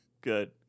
Good